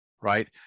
right